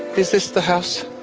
this is the house,